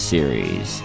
Series